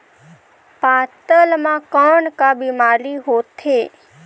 पातल म कौन का बीमारी होथे?